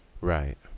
Right